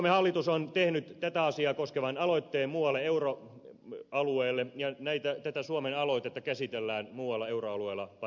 suomen hallitus on tehnyt tätä asiaa koskevan aloitteen muualle euroalueelle ja tätä suomen aloitetta käsitellään muualla euroalueella paraikaa